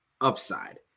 upside